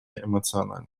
эмоционально